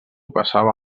passava